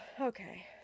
okay